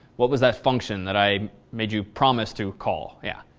what was that function that i made you promised to call? yeah.